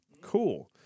Cool